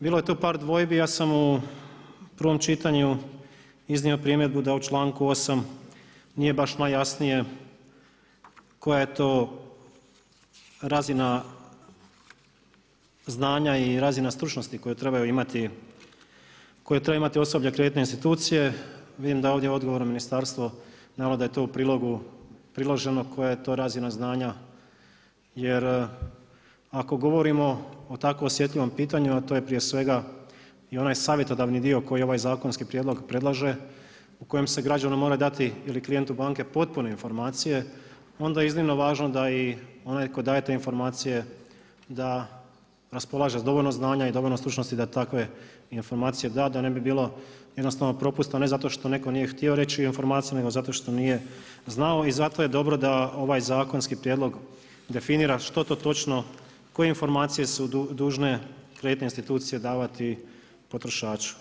Bilo je tu par dvojbi, ja sam u prvom čitanju iznio primjedbu da u članku 8. nije baš najjasnije koja je to razina znanja i razina stručnosti koje trebaju imati osoblja kreditne institucije, vidim da je odgovorom ministarstvo navelo da je to u prilogu priloženo, koja je to razina znanja jer ako govorimo o takvim osjetljivom pitanju, a to je prije svega i onaj savjetodavni dio koji ovaj zakonski prijedlog predlaže, u kojem se građanu mora dati ili klijentu banke potpune informacije, onda je iznimno važno da i onaj tko daje te informacije da raspolaže sa dovoljno znanja i dovoljno stručnosti da takve informacije da, da ne bi bilo jednostavno propusta ne zato što netko nije htio reći informaciju nego što nije znao i zato je dobro da ovaj zakonski prijedlog definira što to točno, koje informacije su dužne kreditne institucije davati potrošaču.